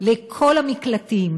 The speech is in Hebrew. לכל המקלטים: